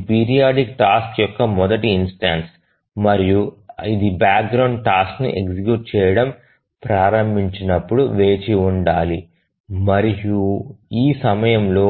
ఇది periodic task యొక్క మొదటి ఇన్స్టెన్సు మరియు ఇది బ్యాక్గ్రౌండ్ టాస్క్ ని ఎగ్జిక్యూట్ చేయడం ప్రారంభించినప్పుడు వేచి ఉండాలి మరియు ఈ సమయంలో